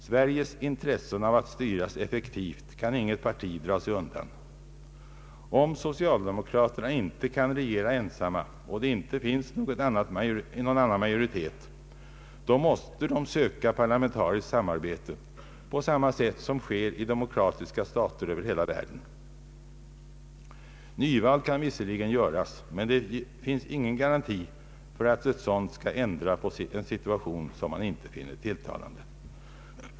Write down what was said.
Sveriges intressen av att styras effektivt kan inget parti dra sig undan. Om socialdemokraterna inte kan regera ensamma och det inte finns någon annan majoritet, så måste de söka parlamentariskt samarbete på samma sätt som sker i demokratiska stater över hela världen. Nyval kan visserligen göras, men det finns ingen garanti för att ett sådant skulle ändra på en situation som man inte finner tilltalande.